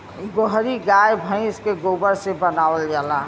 गोहरी गाय भइस के गोबर से बनावल जाला